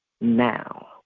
now